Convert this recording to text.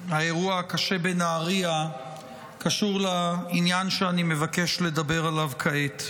האירוע הקשה בנהריה קשור לעניין שאני מבקש לדבר עליו כעת.